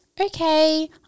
okay